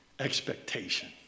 expectation